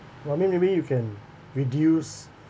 for me maybe you can reduce